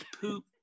poop